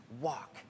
walk